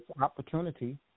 opportunity